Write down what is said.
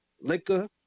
liquor